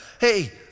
Hey